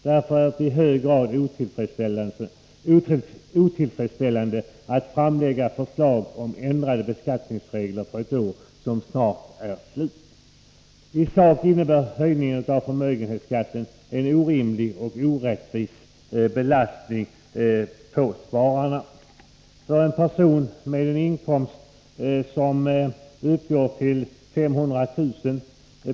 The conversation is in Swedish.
Därför är det i hög grad otillfredsställande att framlägga förslag om ändrade beskattningsregler för ett år som snart är slut. I sak innebär höjningen av förmögenhetsskatten en orimlig och orättvis belastning på spararna. För en person med en förmögenhet på 500 000 kr.